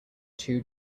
two